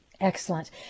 Excellent